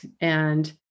and-